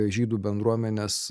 žydų bendruomenės